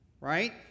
right